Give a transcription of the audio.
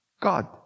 God